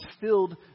filled